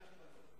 אין הגבלות.